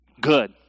Good